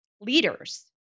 leaders